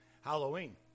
Halloween